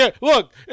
Look